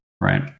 right